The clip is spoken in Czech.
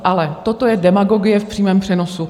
Ale toto je demagogie v přímém přenosu.